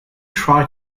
try